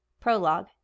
Prologue